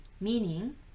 meaning